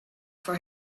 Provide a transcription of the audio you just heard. for